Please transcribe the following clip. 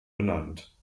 benannt